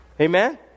Amen